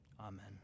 Amen